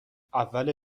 اول